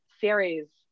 series